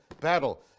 battle